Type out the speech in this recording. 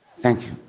thank